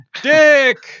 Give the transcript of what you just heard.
Dick